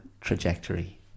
trajectory